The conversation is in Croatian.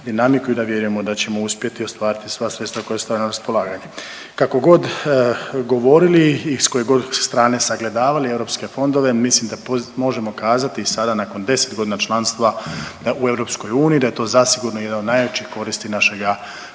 i da vjerujemo da ćemo uspjeti ostvariti sva sredstva koja stoje na raspolaganju. Kako god govorili i s koje god strane sagledavali EU fondove, mislim da možemo kazati i sada nakon 10 godina članstva u EU da je to zasigurno jedan od najvećih koristi našega